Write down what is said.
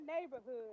neighborhood